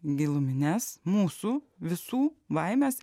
gilumines mūsų visų baimes